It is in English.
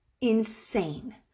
insane